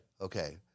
Okay